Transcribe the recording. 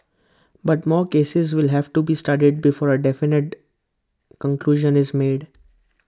but more cases will have to be studied before A definite conclusion is made